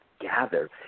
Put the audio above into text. gather